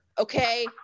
okay